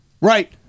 Right